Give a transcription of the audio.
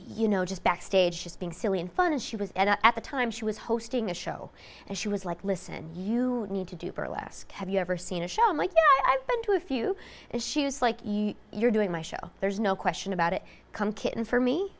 you know just backstage just being silly and fun and she was at the time she was hosting a show and she was like listen you need to do burlesque have you ever seen a show like i've been to a few and she was like you're doing my show there's no question about it come kick in for me